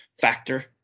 factor